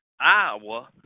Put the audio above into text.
Iowa